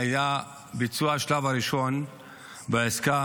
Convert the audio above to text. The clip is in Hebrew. היה ביצוע השלב הראשון בעסקה.